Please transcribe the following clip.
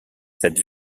cette